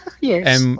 Yes